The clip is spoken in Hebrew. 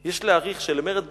יש להעריך שלמרד בר-כוכבא,